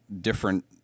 different